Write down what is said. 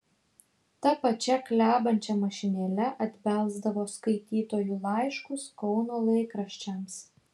ta pačia klebančia mašinėle atbelsdavo skaitytojų laiškus kauno laikraščiams